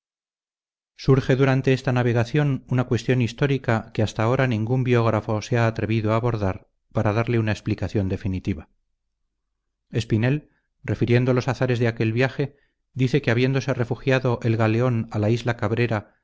surge durante esta navegación una cuestión histórica que hasta ahora ningún biógrafo se ha atrevido a abordar para darle una explicación definitiva espinel refiriendo los azares de aquel viaje dice que habiéndose refugiado el galeón a la isla cabrera